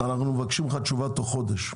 אנחנו מבקשים ממך תשובה תוך חודש.